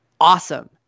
awesome